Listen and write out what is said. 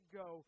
go